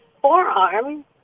forearm